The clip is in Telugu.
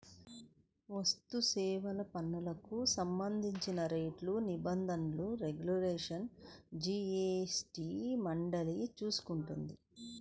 వస్తుసేవల పన్నుకు సంబంధించిన రేట్లు, నిబంధనలు, రెగ్యులేషన్లను జీఎస్టీ మండలి చూసుకుంటుంది